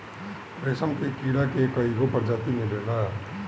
रेशम के कीड़ा के कईगो प्रजाति मिलेला